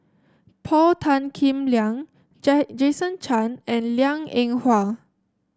Paul Tan Kim Liang Jason Chan and Liang Eng Hwa